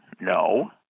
No